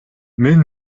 мен